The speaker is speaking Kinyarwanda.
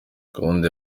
gahunda